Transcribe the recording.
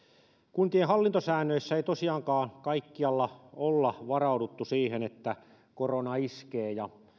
kuntien hallintosäännöissä ei tosiaankaan kaikkialla olla varauduttu siihen että korona iskee ja